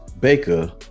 Baker